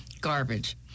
garbage